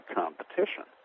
competition